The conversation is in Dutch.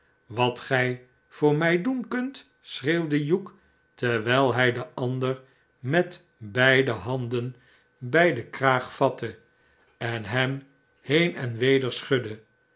wat gij voor mij doen kunt schreeuwde hugh terwijl hij den ander met beide handen bij den kxaag vatte en hem heen en weder schudde